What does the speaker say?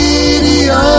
Radio